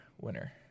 winner